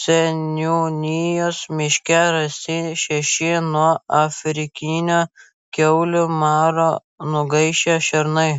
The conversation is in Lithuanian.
seniūnijos miške rasti šeši nuo afrikinio kiaulių maro nugaišę šernai